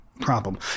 problem